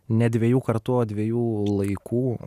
ne dviejų kartų o dviejų laikų